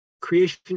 Creation